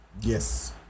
Yes